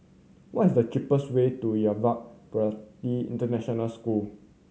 what is the cheapest way to Yuva Bharati International School